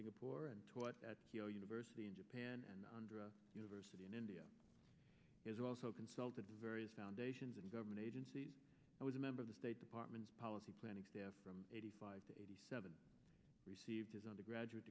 singapore and taught at university in japan and university in india is also consulted various foundations and government agencies and was a member of the state department's policy planning staff from eighty five to eighty seven received his undergraduate